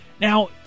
Now